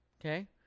Okay